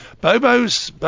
Bobo's